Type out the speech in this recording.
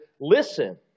listen